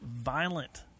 violent